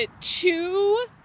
Two